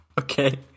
Okay